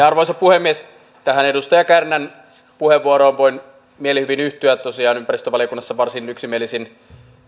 arvoisa puhemies tähän edustaja kärnän puheenvuoroon voin mielihyvin yhtyä tosiaan ympäristövaliokunnassa varsin yksimielisin